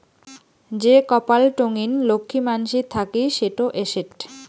যে কপাল টঙ্নি লক্ষী মানসির থাকি সেটো এসেট